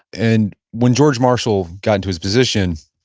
and when george marshall got into his position,